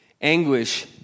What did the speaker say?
Anguish